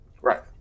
Right